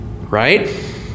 right